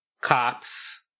Cops